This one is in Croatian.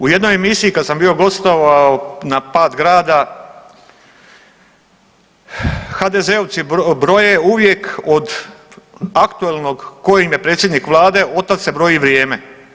U jednoj emisiji kad sam bio gostovao na pad grada HDZ-ovci broje uvijek od aktualnog tko im je predsjednik Vlade od tad se broji vrijeme.